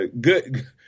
good